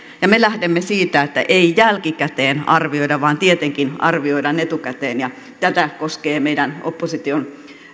me lähdemme siitä että ei jälkikäteen arvioida vaan tietenkin arvioidaan etukäteen ja tätä koskee meidän opposition